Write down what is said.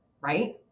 right